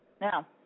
now